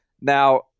Now